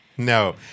No